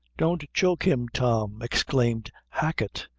don't choke him, tom, exclaimed hacket,